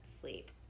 sleep